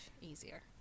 easier